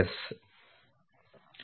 S